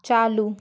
चालू